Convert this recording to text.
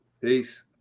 Peace